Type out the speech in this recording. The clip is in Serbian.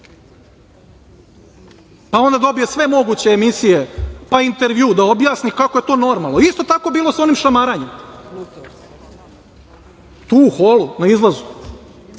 onda dobije sve moguće emisije, pa intervju da objasni kako je to normalno. Isto je tako bilo i sa onim šamaranjem tu u holu, na izlazu.